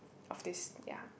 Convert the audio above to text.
of this ya